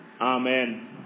Amen